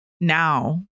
now